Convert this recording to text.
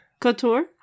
couture